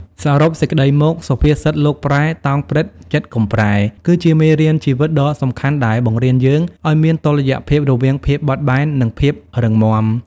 សរុបសេចក្ដីមក សុភាសិត "លោកប្រែ តោងព្រឹត្តិ ចិត្តកុំប្រែ" គឺជាមេរៀនជីវិតដ៏សំខាន់ដែលបង្រៀនយើងឱ្យមាន តុល្យភាពរវាងភាពបត់បែន និងភាពរឹងមាំ។